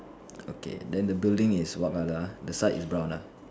okay then the building is what colour ah the side is brown ah